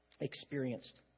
Experienced